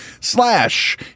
slash